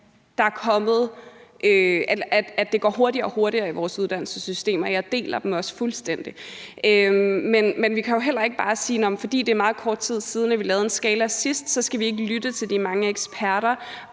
at det går hurtigere og hurtigere i vores uddannelsessystem, og jeg deler dem også fuldstændig. Men vi kan jo heller ikke bare sige, at fordi det er meget kort tid siden, vi lavede en ny skala, skal vi ikke lytte til de mange eksperter